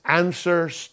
answers